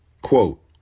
Quote